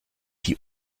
die